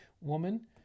woman